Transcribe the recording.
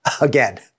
again